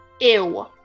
Ew